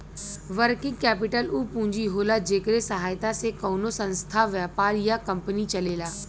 working capital उ पूंजी होला जेकरे सहायता से कउनो संस्था व्यापार या कंपनी चलेला